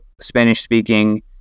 Spanish-speaking